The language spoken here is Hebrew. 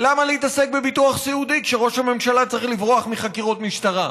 למה להתעסק בביטוח סיעודי כשראש הממשלה צריך לברוח מחקירות משטרה.